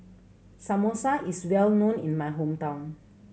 Samosa is well known in my hometown